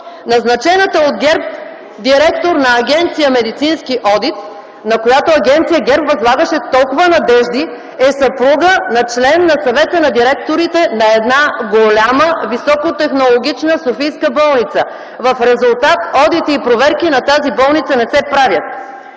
назначената от ГЕРБ директор на Агенция „Медицински одит”, на която агенция ГЕРБ възлагаше толкова надежди, е съпруга на член на Съвета на директорите на една голяма, високотехнологична софийска болница. В резултат – одит и проверки на тази болница не се правят.